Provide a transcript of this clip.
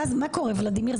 ואז מה קורה, ולדימיר?